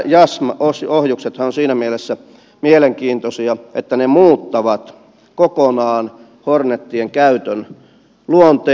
ja nämä jassm ohjuksethan ovat siinä mielessä mielenkiintoisia että ne muuttavat kokonaan hornetien käytön luonteen